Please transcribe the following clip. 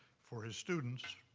for his students,